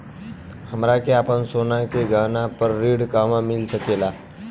हमरा के आपन सोना के गहना पर ऋण कहवा मिल सकेला?